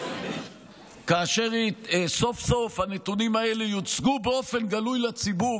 כאשר סוף-סוף הנתונים האלה יוצגו באופן גלוי לציבור,